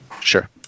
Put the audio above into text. Sure